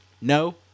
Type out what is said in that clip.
no